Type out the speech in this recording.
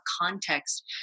context